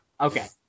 Okay